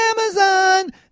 Amazon